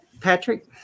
Patrick